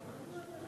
מה עכשיו?